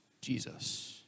Jesus